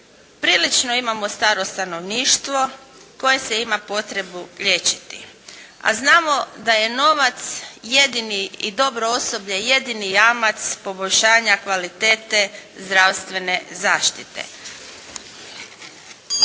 prilično imamo staro stanovništvo koje se ima potrebu liječiti, a znao da je novac i dobro osoblje jedini jamac poboljšanja kvalitete zdravstvene zaštite.